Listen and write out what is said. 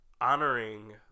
honoring